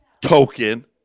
token